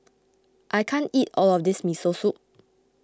I can't eat all of this Miso Soup